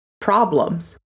problems